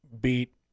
beat